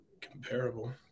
comparable